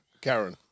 Karen